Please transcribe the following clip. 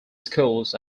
schools